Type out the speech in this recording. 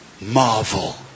marvel